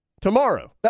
tomorrow